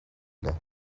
билээ